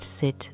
sit